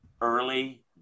early